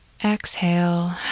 Exhale